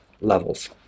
levels